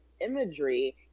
imagery